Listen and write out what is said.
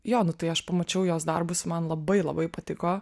jo nu tai aš pamačiau jos darbus man labai labai patiko